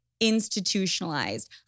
institutionalized